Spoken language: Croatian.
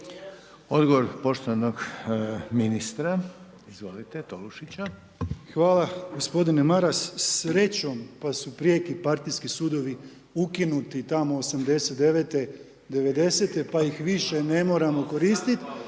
Odgovor poštovanog ministra. Izvolite. Tolušića. **Tolušić, Tomislav (HDZ)** Hvala gospodine Maras. Srećom pa su prijeki partijski sudovi ukinuti tamo '89., '90. pa ih više ne moramo koristiti,